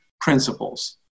principles